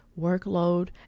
workload